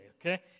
okay